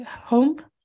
home